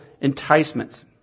enticements